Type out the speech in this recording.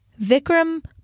Vikram